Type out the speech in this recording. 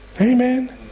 Amen